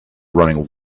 running